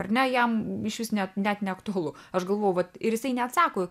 ar ne jam išvis net net neaktualu aš galvoju vat ir jisai neatsako